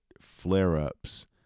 flare-ups